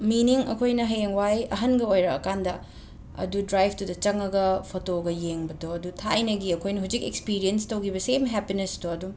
ꯃꯤꯅꯤꯡ ꯑꯩꯈꯣꯏꯅ ꯍꯌꯦꯡꯋꯥꯏ ꯑꯍꯟꯒ ꯑꯣꯏꯔꯑꯀꯥꯟꯗ ꯑꯗꯨ ꯗ꯭ꯔꯥꯏꯞꯇꯨꯗ ꯆꯪꯉꯒ ꯐꯣꯇꯣꯒ ꯌꯦꯡꯕꯗꯣ ꯗꯣ ꯊꯥꯏꯅꯒꯤ ꯑꯈꯣꯏꯅ ꯍꯨꯖꯤꯛ ꯑꯦꯛꯁꯄꯤꯔꯤꯌꯦꯟꯁ ꯇꯧꯈꯤꯕ ꯁꯦꯝ ꯍꯦꯄꯤꯅꯦꯁꯇꯣ ꯗꯨꯝ